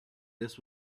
this